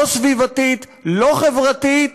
לא סביבתית, לא חברתית,